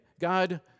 God